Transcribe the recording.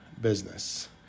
business